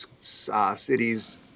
cities